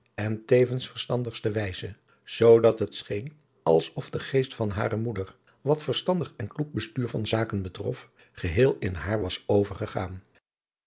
en tevens verstandigste wijze zoodat het scheen als of de geest van hare moeder wat verstandig en kloek bestuur van zaken betrof geheel in haar was overgegaan